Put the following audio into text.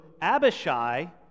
Abishai